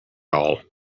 all